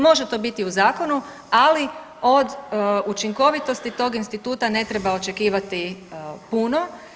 Može to biti u zakonu, ali od učinkovitosti tog instituta ne treba očekivati puno.